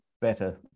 better